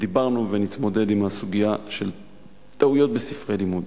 דיברנו ונתמודד עם הסוגיה של טעויות בספרי לימוד.